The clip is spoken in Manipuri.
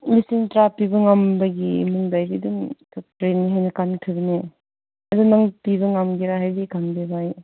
ꯂꯤꯁꯤꯡ ꯇꯔꯥ ꯄꯤꯕ ꯉꯝꯕꯒꯤ ꯏꯃꯨꯡꯗ ꯑꯩꯗꯤ ꯑꯗꯨꯝ ꯑꯗꯨ ꯅꯪ ꯄꯤꯕ ꯉꯝꯒꯗ꯭ꯔꯥ ꯍꯥꯏꯕꯗꯤ ꯈꯪꯗꯦꯕ ꯑꯩ